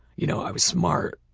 you know i was smart.